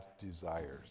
desires